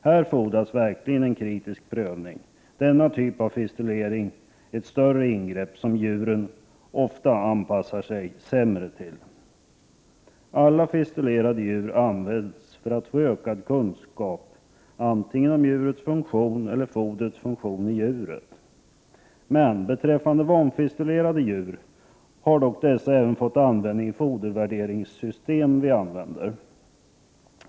Det fordras verkligen kritisk prövning i dessa fall. Denna typ av fistlar kräver ett större ingrepp som djuren ofta anpassar sig sämre till. Alla fistelerade djur används för att man skall få ökad kunskap, antingen om djurets funktion eller om fodrets funktion i djuret. Vomfistelerade djur har man dock även fått användning för i de fodervärderingssystem vi använder.